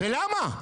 ולמה?